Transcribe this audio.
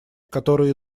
которые